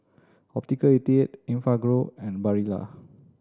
Optical eighty eight Enfagrow and Barilla